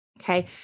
okay